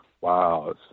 wow